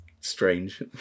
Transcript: strange